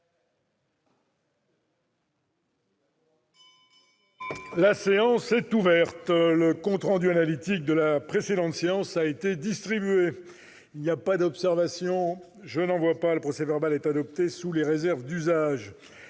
La séance est ouverte. Le compte rendu analytique de la précédente séance a été distribué. Il n'y a pas d'observation ?... Le procès-verbal est adopté sous les réserves d'usage.